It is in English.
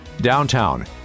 Downtown